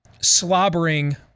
slobbering